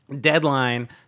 deadline